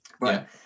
right